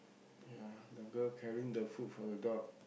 ya the girl carrying the food for the dog